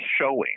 showing